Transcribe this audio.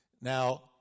Now